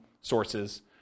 sources